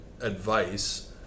advice